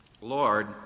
Lord